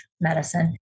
medicine